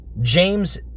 James